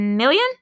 million